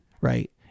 Right